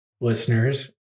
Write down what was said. listeners